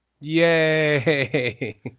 Yay